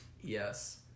yes